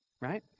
right